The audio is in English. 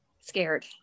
Scared